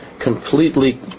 completely